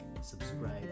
subscribe